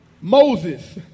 Moses